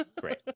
Great